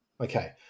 Okay